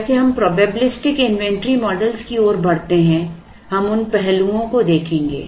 जैसे हम probabilistic inventory model की ओर आगे बढ़ते हैं हम उन पहलुओं को देखेंगे